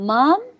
Mom